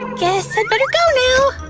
guess i'd better go now,